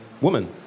woman